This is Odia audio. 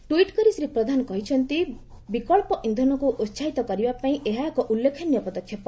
ଟ୍ୱିଟ୍ କରି ଶ୍ରୀ ପ୍ରଧାନ କହିଛନ୍ତି ବିକ୍ସ ଇନ୍ଧନକୁ ଉସାହିତ କରିବା ପାଇଁ ଏହା ଏକ ଉଲ୍ଲେଖନୀୟ ପଦକ୍ଷେପ